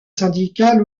syndical